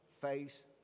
face